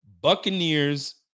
Buccaneers